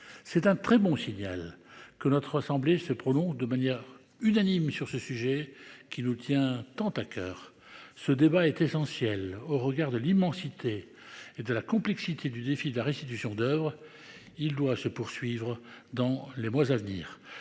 C'est un très bon signal que notre assemblée se prononce, de manière unanime sur ce sujet qui nous tient tant à coeur. Ce débat est essentiel au regard de l'immensité et de la complexité du défi de la restitution d'Oeuvres. Il doit se poursuivre dans les mois à venir.